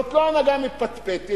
זאת לא הנהגה מפטפטת,